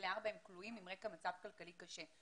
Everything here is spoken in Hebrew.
כלואים עם רקע מצב כלכלי קשה.